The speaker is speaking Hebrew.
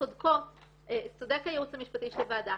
צודק הייעוץ המשפטי של הוועדה,